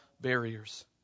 barriers